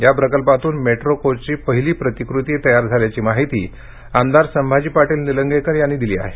या प्रकल्पातून मेट्रो कोचची पहिली प्रतिकृती तयार झाल्याची माहिती आमदार संभाजी पाटील निलंगेकर यांनी दिली आहे